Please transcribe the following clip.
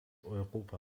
europa